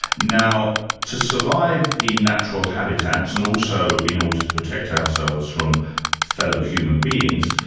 now to survive in natural habitats and also in order to protect ourselves from fellow human beings,